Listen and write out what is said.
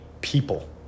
people